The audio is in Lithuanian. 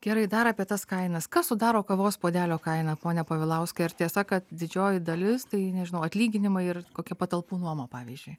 gerai dar apie tas kainas kas sudaro kavos puodelio kainą pone povilauskai ar tiesa kad didžioji dalis tai nežinau atlyginimai ir kokia patalpų nuoma pavyzdžiui